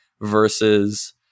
versus